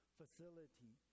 facility